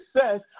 says